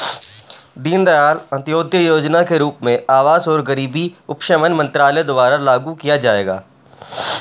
दीनदयाल अंत्योदय योजना के रूप में आवास और गरीबी उपशमन मंत्रालय द्वारा लागू किया जाएगा